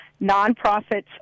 Nonprofits